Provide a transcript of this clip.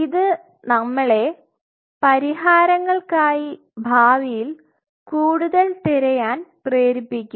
ഇത് നമ്മളെ പരിഹാരങ്ങൾക്കായി ഭാവിയിൽ കൂടുതൽ തിരയാൻ പ്രേരിപ്പിക്കും